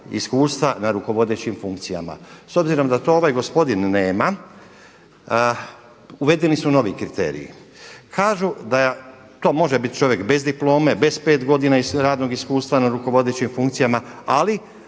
iskustva na rukovodećim funkcijama. S obzirom da to ovaj gospodin nema uvedeni su novi kriteriji. uvedeni su novi kriteriji. Kažu da to može biti čovjek bez diplome, bez 5 godina radnog iskustva na rukovodećim funkcijama ali